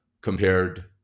compared